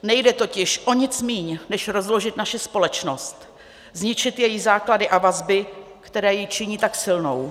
Nejde totiž o nic méně, než rozložit naši společnost, zničit její základy a vazby, které ji činí tak silnou.